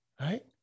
right